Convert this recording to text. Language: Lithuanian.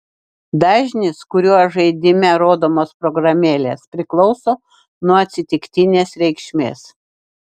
dažnis kuriuo žaidime rodomos programėlės priklauso nuo atsitiktinės reikšmės